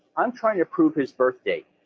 i'm trying to prove his birthdate.